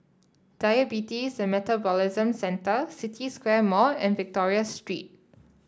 Diabetes and Metabolism Centre City Square Mall and Victoria Street